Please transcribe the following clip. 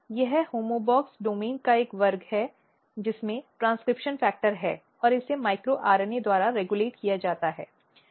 यह homeobox domain का एक वर्ग है जिसमें ट्रेन्स्क्रिप्शन फैक्टर है और इसे माइक्रो आरएनए द्वारा रेगुलेट किया जाता है